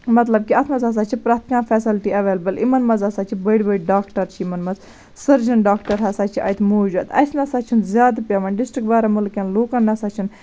مَطلَب کہِ اتھ مَنٛز ہَسا چھِ پرٮ۪تھ کانٛہہ فیسَلٹی ایٚولیبٕل یِمَن مَنٛز ہَسا چھِ بٔڑۍ بٔڑۍ ڈاکٹَر چھِ یِمَن مَنٛز سٔرجَن ڈاکٹَر ہَسا چھِ اَتہِ موٗجوٗد اَسہِ نہ ہسا چھُنہٕ زیادٕ پیٚوان ڈِسٹرک بارہمُلہ کٮ۪ن لُکَن نَسا چھُنہٕ